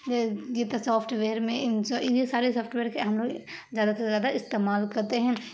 یہ تو software میں ان سو انہی سارے سافٹ ویئر کے ہم لوگ زیادہ سے زیادہ استعمال کرتے ہیں